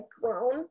grown –